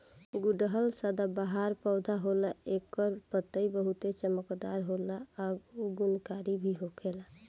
गुड़हल सदाबाहर पौधा होला एकर पतइ बहुते चमकदार होला आ गुणकारी भी होखेला